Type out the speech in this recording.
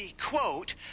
Quote